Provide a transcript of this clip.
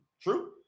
True